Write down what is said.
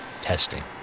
Testing